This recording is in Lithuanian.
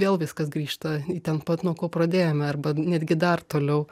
vėl viskas grįžta į ten pat nuo ko pradėjome arba netgi dar toliau